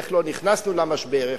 איך לא נכנסנו למשבר,